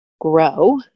grow